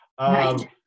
Right